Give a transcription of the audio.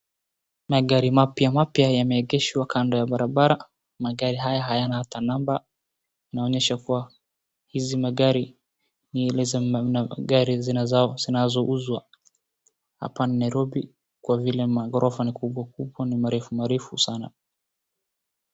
Magari mapya mapya yameegeshwa kando ya barabara, magari haya hayana hata namba inaonyesha kuwa hizi magari zinazouzwa. Hapa ni Nairobi kwa vile magorofa ni makubwa makubwa ni marefu sana.